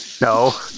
No